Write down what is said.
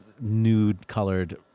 nude-colored